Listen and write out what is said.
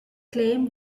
claim